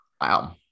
Wow